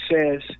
says